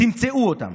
תמצאו אותם.